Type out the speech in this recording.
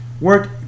work